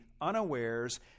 unawares